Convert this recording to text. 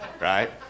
Right